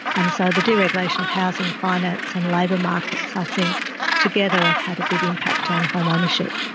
and so the deregulation of housing finance and labour markets i think together have had a big impact on home ownership.